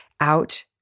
out